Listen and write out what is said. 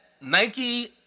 Nike